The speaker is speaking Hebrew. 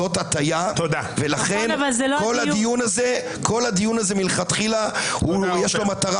זאת הטיה ולכן כל הדיון הזה מלכתחילה יש לו מטרה